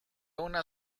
una